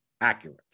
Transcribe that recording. accurate